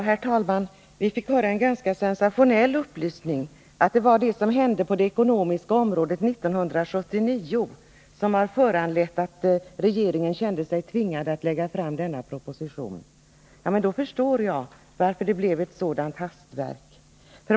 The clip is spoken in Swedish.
Herr talman! Vi fick en ganska sensationell upplysning — att det var vad som hände på det ekonomiska området 1979 som föranledde att regeringen kände sig tvingad att lägga fram denna proposition. Då förstår jag varför det blev ett sådant hastverk.